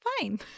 fine